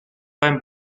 beim